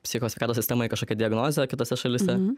psichikos sveikatos sistemoj kažkokia diagnozė kitose šalyse